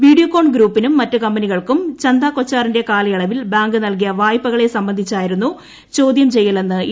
Videocon ഗ്രൂപ്പിനും മറ്റ് കമ്പനികൾക്കും ചന്ദാ കൊച്ചാറിന്റെ കാലയളവിൽ ബാങ്ക് നൽകിയ വായ്പകളെ സംബന്ധിച്ചായിരുന്നു ചോദൃം ചെയ്യലെന്ന് ഇ